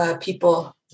people